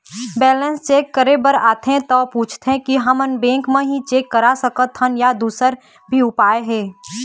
Balance check करे बर आथे ता पूछथें की हमन बैंक मा ही चेक करा सकथन या दुसर भी उपाय हे?